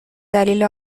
دلیل